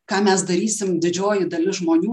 ką mes darysim didžioji dalis žmonių